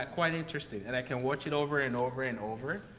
quite interesting. and i can watch it over, and over, and over.